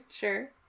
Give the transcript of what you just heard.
sure